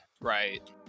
Right